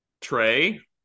Trey